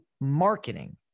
marketing